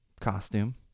costume